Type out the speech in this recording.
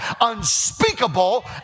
unspeakable